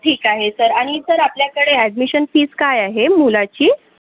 ठीक आहे सर आणि सर आपल्याकडे ॲडमिशन फीस काय आहे मुलाची